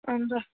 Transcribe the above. अन्त